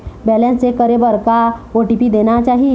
Balance check करे बर का ओ.टी.पी देना चाही?